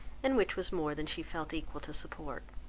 and which was more than she felt equal to support.